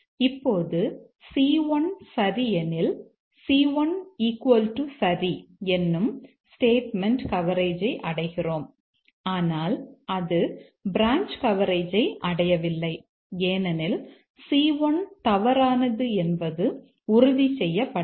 இப்போது c1 சரி எனில் c1சரி என்னும் ஸ்டேட்மெண்ட் கவரேஜை அடைகிறோம் ஆனால் அது பிரான்ச் கவரேஜை அடையவில்லை ஏனெனில் c1 தவறானது என்பது உறுதி செய்யப்படவில்லை